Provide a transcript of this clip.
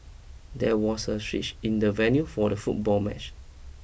there was a switch in the venue for the football match